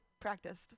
practiced